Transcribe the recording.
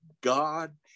God